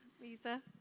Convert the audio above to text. Lisa